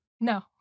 No